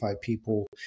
people